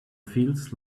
feels